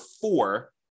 four